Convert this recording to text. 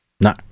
No